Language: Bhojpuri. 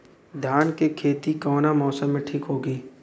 धान के खेती कौना मौसम में ठीक होकी?